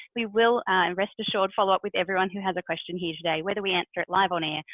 we will rest assured follow up with everyone who has a question here today, whether we answer it live on air,